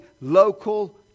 local